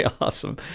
Awesome